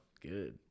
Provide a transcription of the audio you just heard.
Good